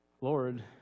Lord